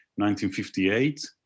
1958